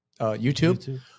YouTube